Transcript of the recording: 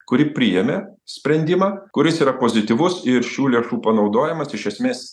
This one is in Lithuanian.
kuri priėmė sprendimą kuris yra pozityvus ir šių lėšų panaudojimas iš esmės